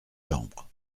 chambre